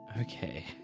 Okay